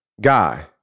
guy